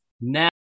now